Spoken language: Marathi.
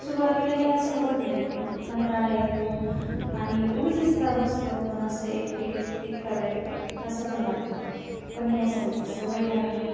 सुरुवातीला हे असं होत नाही पण कंटाळा येतो आणि उगीचंच का बसतो आपण असं एकटे इतका वेळ असं पण वाटतं पण हे असं नाही सवय लागले